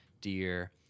deer